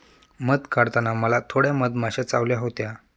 मध काढताना मला थोड्या मधमाश्या चावल्या होत्या